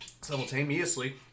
simultaneously